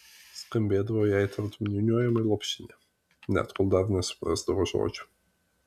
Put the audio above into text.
skambėdavo jai tartum niūniuojama lopšinė net kol dar nesuprasdavo žodžių